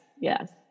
yes